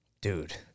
Dude